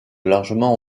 largement